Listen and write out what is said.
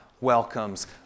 welcomes